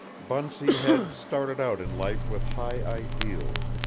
bunsey had started out in life with high ideals,